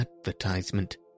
advertisement